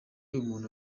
bumuntu